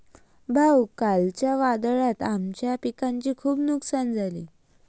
भाऊ, कालच्या वादळात आमच्या पिकाचे खूप नुकसान झाले